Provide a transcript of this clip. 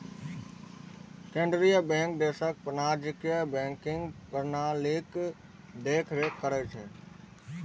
केंद्रीय बैंक देशक वाणिज्यिक बैंकिंग प्रणालीक देखरेख करै छै